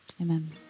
Amen